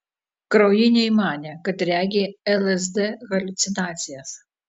kraujiniai manė kad regi lsd haliucinacijas